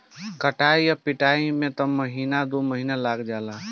कटाई आ पिटाई में त महीना आ दु महीना लाग जाला